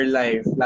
life